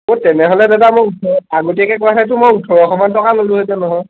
অ' তেনেহ'লে দাদা মই ওঠৰ আগতীয়াকৈ কোৱা হ'লেতো মই ওঠৰশমান টকা ল'লোহেঁতেন নহয়